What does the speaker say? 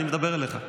אני מדבר אליך.